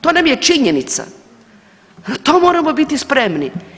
To nam je činjenica, na to moramo biti spremni.